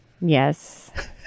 Yes